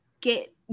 get